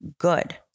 good